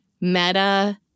meta-